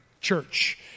church